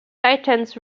titans